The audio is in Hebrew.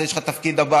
יש לך את התפקיד הבא,